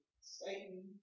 Satan